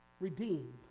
redeemed